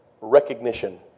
recognition